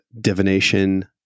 divination